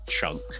chunk